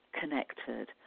connected